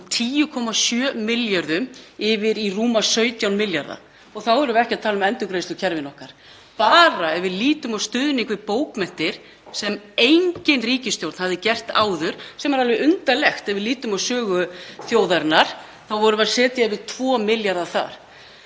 10,7 milljörðum yfir í rúma 17 milljarða. Þá erum við ekki að tala um endurgreiðslukerfin okkar. Bara ef við lítum á stuðning við bókmenntir sem engin ríkisstjórn hafði veitt áður — sem er alveg undarlegt ef við lítum á sögu þjóðarinnar — þá vorum við að setja yfir 2 milljarða þar.